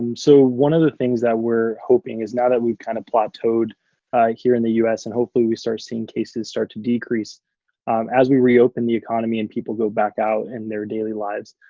so, one of the things that we're hoping is now that we've kind of plateaued here in the us and hopefully we start seeing cases start to decrease as we reopen the economy and people go back out in their daily lives.